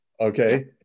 okay